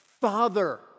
father